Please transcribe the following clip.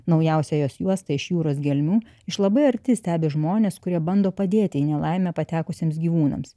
naujausia jos juosta iš jūros gelmių iš labai arti stebi žmones kurie bando padėti į nelaimę patekusiems gyvūnams